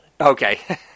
Okay